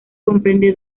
comprende